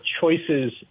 choices